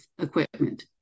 equipment